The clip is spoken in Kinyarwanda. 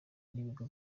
n’ibigo